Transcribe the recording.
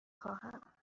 خواهم